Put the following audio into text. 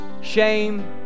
shame